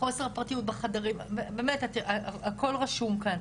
חוסר פרטיות בחדרים, באמת, הכל רשום כאן.